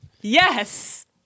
Yes